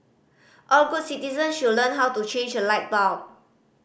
all good citizens should learn how to change a light bulb